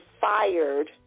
fired